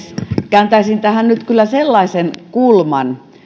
kääntäisin nyt kyllä sellaisen kulman